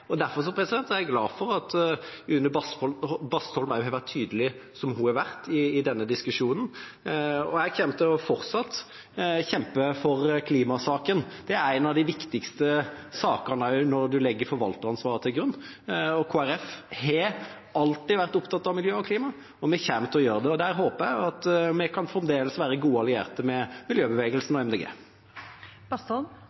er jeg glad for at Une Bastholm også har vært så tydelig som hun har vært i denne diskusjonen. Jeg kommer fortsatt til å kjempe for klimasaken. Det er en av de viktigste sakene, også når man legger forvalteransvaret til grunn. Kristelig Folkeparti har alltid vært opptatt av miljø og klima, og det kommer vi fortsatt til å være. Der håper jeg at vi fremdeles kan være gode allierte med miljøbevegelsen